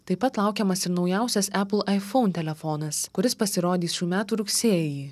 taip pat laukiamas ir naujausias apple iphone telefonas kuris pasirodys šių metų rugsėjį